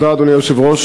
אדוני היושב-ראש,